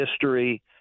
history